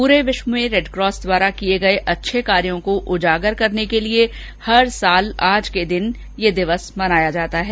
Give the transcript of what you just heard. पूरे विश्व में रेडक्रॉस द्वारा किये गये अच्छे कार्यों को उजागर करने के लिए हर वर्ष आज के दिन यह दिवस मनाया जाता है